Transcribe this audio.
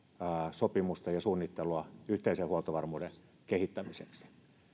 sopimusta ja suunnittelua yhteisen huoltovarmuuden kehittämiseksi